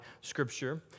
Scripture